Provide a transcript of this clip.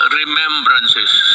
remembrances